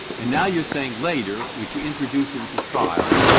and now you're saying later, which you introduce into trial,